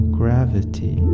gravity